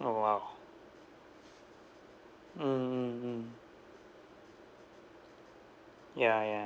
oh !wow! mm mm mm ya ya